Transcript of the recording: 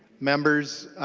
members.